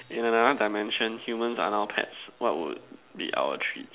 in another dimension humans are now pets what would be our treats